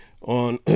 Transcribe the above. on